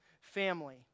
family